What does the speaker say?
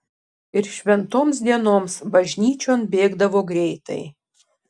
ir šventoms dienoms bažnyčion bėgdavo greitai